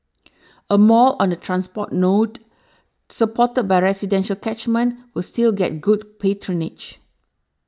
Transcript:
a mall on a transport node supported by residential catchment will still get good patronage